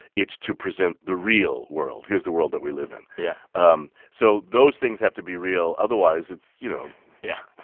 it's to present the real world. here's the world that we live in yeah um so those things have to be real. otherwise, it's you know yeah.